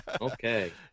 Okay